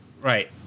Right